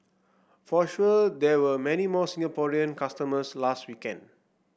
for sure there were many more Singaporean customers last weekend